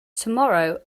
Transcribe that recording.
tomorrow